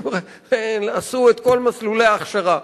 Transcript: הם עשו את כל מסלולי ההכשרה.